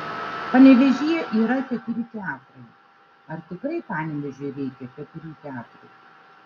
panevėžyje yra keturi teatrai ar tikrai panevėžiui reikia keturių teatrų